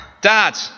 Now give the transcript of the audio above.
Dad